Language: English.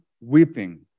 weeping